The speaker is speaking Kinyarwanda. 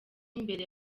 mbere